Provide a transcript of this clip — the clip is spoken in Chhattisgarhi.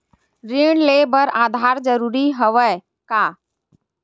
ऋण ले बर आधार जरूरी हवय का?